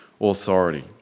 authority